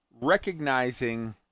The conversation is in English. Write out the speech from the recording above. recognizing